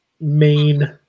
main